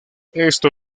esto